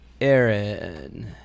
Aaron